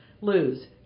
lose